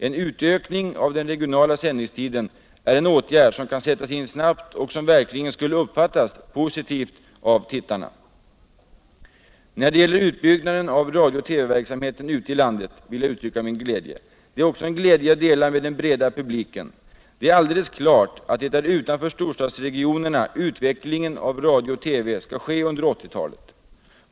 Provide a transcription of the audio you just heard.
En utökning av tiden för regionala sändningar kan ske snabbt och skulle verkligen uppfattas positivt av tittarna. När det gäller utbyggnaden av radio och TV-verksamheten utc i landet vill jag uttrycka min glädje, en glädje som jag delar med den breda publiken. Det är alldeles klart att det är utanför storstadsregionerna utvecklingen av radio och TV skall ske under 1980-talet.